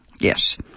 Yes